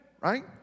right